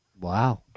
Wow